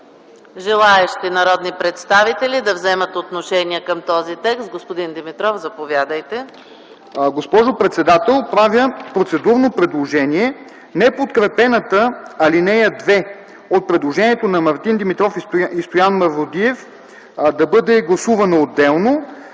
Желаещи народни представители да вземат отношение към този текст? Господин Димитров, заповядайте. ДОКЛАДЧИК МАРТИН ДИМИТРОВ: Госпожо председател, правя процедурно предложение неподкрепената ал. 2 от предложението на Мартин Димитров и Стоян Мавродиев да бъде гласувана отделно